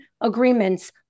agreements